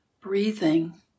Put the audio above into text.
breathing